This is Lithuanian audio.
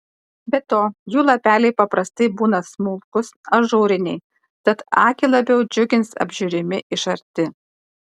be to jų lapeliai paprastai būna smulkūs ažūriniai tad akį labiau džiugins apžiūrimi iš arti